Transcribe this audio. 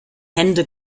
hände